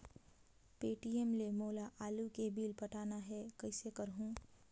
Paytm ले मोला आलू के बिल पटाना हे, कइसे करहुँ?